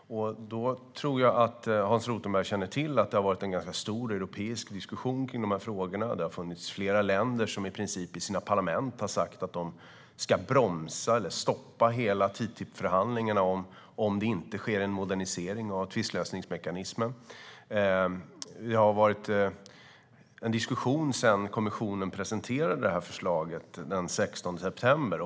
Jag tror att Hans Rothenberg känner till att det har varit en stor europeisk diskussion i dessa frågor. Det har funnits flera länder som i princip i sina parlament har sagt att de ska bromsa eller stoppa hela TTIP-förhandlingarna om det inte sker en modernisering av tvistlösningsmekanismen. Det har varit en diskussion sedan kommissionen presenterade förslaget den 16 september.